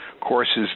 courses